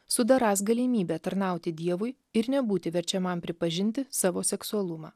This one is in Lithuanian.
sudarąs galimybę tarnauti dievui ir nebūti verčiamam pripažinti savo seksualumą